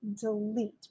delete